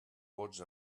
vots